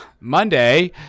Monday